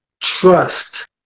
trust